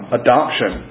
adoption